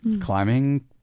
climbing